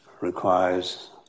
requires